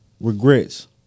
regrets